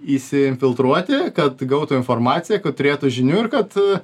įsiinfiltruoti kad gautų informaciją kad turėtų žinių ir kad